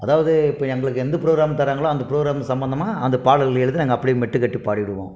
அதாவது இப்போ எங்களுக்கு எந்த ப்ரோக்ராம் தராங்களோ அந்த ப்ரோக்ராம் சம்மந்தமாக அந்த பாடல்கள் எழுதி நாங்கள் அப்படியே மெட்டுக்கட்டி பாடிவிடுவோம்